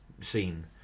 scene